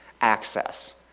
Access